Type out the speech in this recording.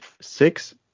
six